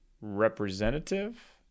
representative